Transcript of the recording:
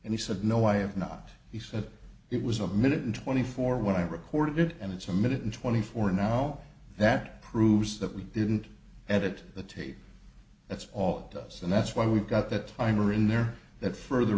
and he said no i have not he said it was a minute in twenty four when i recorded it and it's a minute and twenty four now that proves that we didn't edit the tape that's all to us and that's why we've got that i mean were in there that further